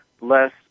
less